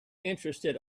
interested